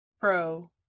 pro